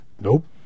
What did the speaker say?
Nope